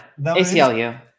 ACLU